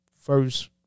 First